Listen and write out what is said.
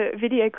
video